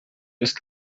ist